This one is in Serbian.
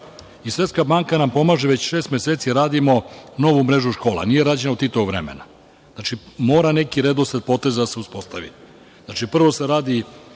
i Svetska banka nam pomaže, već šest meseci radimo novu mrežu škola koja nije rađena od Titovog vremena. Znači, mora neki redosled poteza da se uspostavi. Znači, prvo se radi